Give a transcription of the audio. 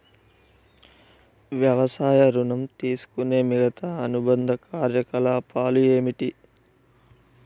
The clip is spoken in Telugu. వ్యవసాయ ఋణం తీసుకునే మిగితా అనుబంధ కార్యకలాపాలు ఏమిటి?